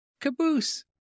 caboose